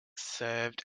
served